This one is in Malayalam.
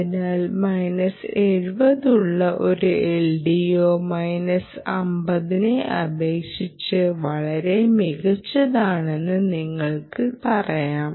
അതിനാൽ മൈനസ് 70 ഉള്ള ഒരു LDO മൈനസ് 50 നെ അപേക്ഷിച്ച് വളരെ മികച്ചതാണെന്ന് നിങ്ങൾക്ക് പറയാം